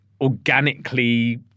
organically